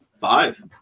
five